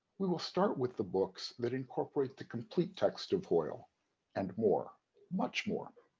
we will start with the books that incorporate the complete text of hoyle and more much more.